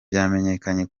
vyamenyekanye